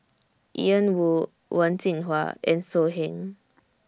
Ian Woo Wen Jinhua and So Heng